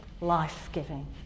life-giving